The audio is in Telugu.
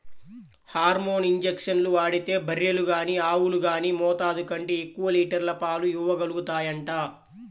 హార్మోన్ ఇంజక్షన్లు వాడితే బర్రెలు గానీ ఆవులు గానీ మోతాదు కంటే ఎక్కువ లీటర్ల పాలు ఇవ్వగలుగుతాయంట